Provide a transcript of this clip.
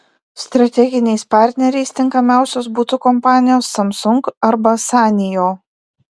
strateginiais partneriais tinkamiausios būtų kompanijos samsung arba sanyo